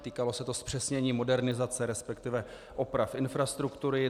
Týkalo se to zpřesnění modernizace, resp. oprav infrastruktury.